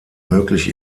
möglich